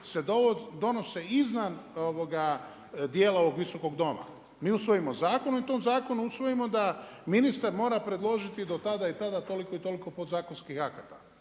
se donose iznad dijela ovog Visokog doma. Mi usvojimo zakon i u tom zakonu usvojimo da ministar mora predložiti do tada i tada toliko i toliko podzakonskih akata.